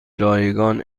رایگان